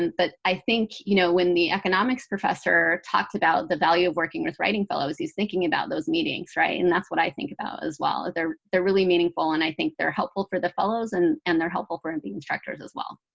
but i think you know when the economics professor talked about the value of working with writing fellows, he's thinking about those meetings. and that's what i think about as well. they're they're really meaningful, and i think they're helpful for the fellows. and and they're helpful for and the instructors as well.